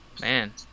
man